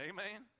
Amen